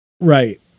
Right